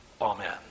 Amen